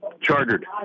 chartered